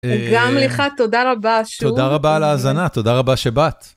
גם לך, תודה רבה שוב. תודה רבה על ההאזנה, תודה רבה שבאת.